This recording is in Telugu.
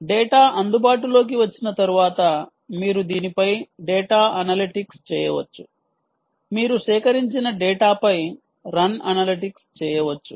డేటా అందుబాటులోకి వచ్చిన తర్వాత మీరు దీనిపై డేటా అనలిటిక్స్ చేయవచ్చు మీరు సేకరించిన డేటాపై రన్ అనలిటిక్స్ చేయవచ్చు